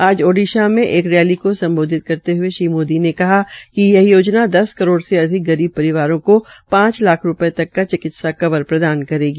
आज ओडीसा मे एक रैली को सम्बोधित करते हुए श्री मोदी ने कहा कि यह योजना दस करोड़ से अधिक गरीब परिवारों को पांच लाख रूपये तक की चिकित्सा कवर प्रदान करेगी